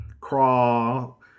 crawl